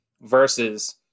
versus